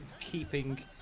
keeping